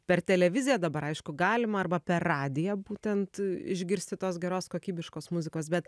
per televiziją dabar aišku galima arba per radiją būtent išgirsti tos geros kokybiškos muzikos bet